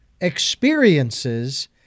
experiences